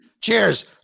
Cheers